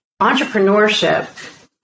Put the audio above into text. entrepreneurship